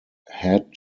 head